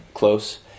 close